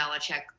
Belichick